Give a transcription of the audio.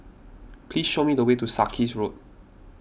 please show me the way to Sarkies Road